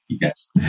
Yes